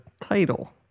title